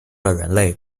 人类